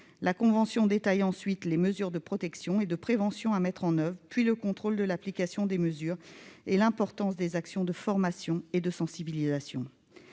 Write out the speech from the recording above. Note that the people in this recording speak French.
La convention détaille ensuite les mesures de protection et de prévention à mettre en oeuvre, puis le contrôle de leur application et, enfin, l'importance des actions de formation et de sensibilisation.